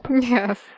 Yes